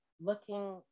looking